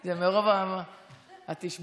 זה כשאומרים Break a leg.